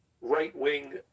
right-wing